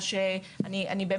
או שאני...